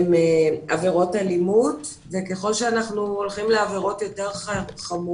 מתוך כל העבירות שמופנות אלינו בגין רצח והריגה,